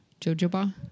Jojoba